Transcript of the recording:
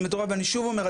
זה מטורף ואני שוב אומר,